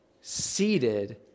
seated